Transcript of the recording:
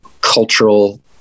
cultural